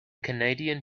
canadian